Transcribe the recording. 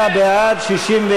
לחלופין ה' 59 בעד, 61 נגד.